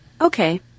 Okay